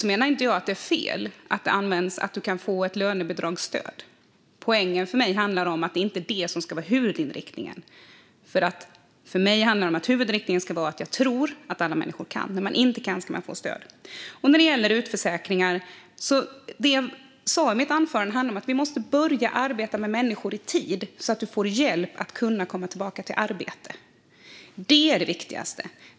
Jag menar inte att det är fel att det används så att man kan få ett lönebidragsstöd. Poängen för mig är att det inte är det som ska vara huvudinriktningen. För mig ska huvudinriktningen vara att alla människor kan, vilket jag tror. När man inte kan ska man få stöd. När det gäller utförsäkringar handlade det jag sa i mitt anförande om att vi måste börja arbeta med människor i tid så att de får hjälp att kunna komma tillbaka till arbete. Det är det viktigaste.